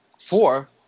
Four